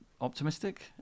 optimistic